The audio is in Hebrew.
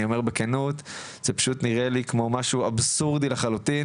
אני אומר בכנות, זה פשוט נראה לי אבסורדי לחלוטין.